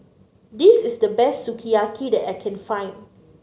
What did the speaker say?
this is the best Sukiyaki that I can find